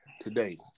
today